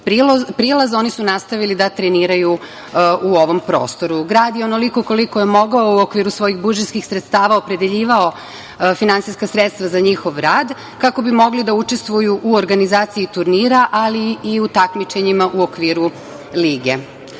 prilaz oni su nastavili da treniraju u ovom prostoru. Grad je onoliko koliko je mogao u okviru svojih budžetskih sredstava opredeljivao finansijska sredstva za njihov rad kako bi mogli da učestvuju u organizaciji turnira, ali i u takmičenjima u okviru lige. Kako